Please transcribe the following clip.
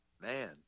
man